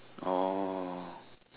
oh